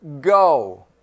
go